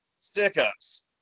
stick-ups